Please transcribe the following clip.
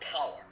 power